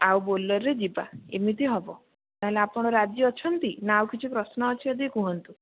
ଆଉ ବୋଲେରୋରେ ଯିବା ଏମିତି ହେବ ତା'ହେଲେ ଆପଣ ରାଜି ଅଛନ୍ତି ନା ଆଉ ଯଦି କିଛି ପ୍ରଶ୍ନ ଅଛି ଯଦି କୁହନ୍ତୁ